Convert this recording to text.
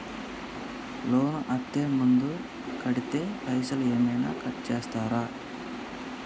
Loan అత్తే ముందే కడితే పైసలు ఏమైనా కట్ చేస్తరా?